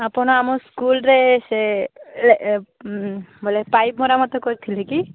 ଆପଣ ଆମ ସ୍କୁଲରେ ସେ ବୋଲେ ପାଇପ୍ ମରାମତି କରିଥିଲେ କି